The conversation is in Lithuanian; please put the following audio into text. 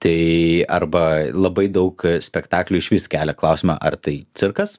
tai arba labai daug spektaklių išvis kelia klausimą ar tai cirkas